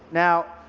now,